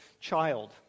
child